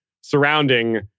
surrounding